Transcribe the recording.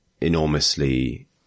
enormously